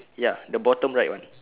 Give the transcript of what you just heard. ya the bottom right one